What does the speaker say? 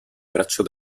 braccio